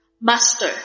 Master